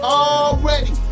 already